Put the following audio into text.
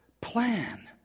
plan